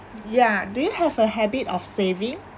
yeah do you have a habit of saving